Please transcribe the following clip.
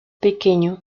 pequeño